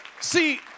See